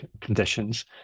conditions